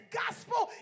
gospel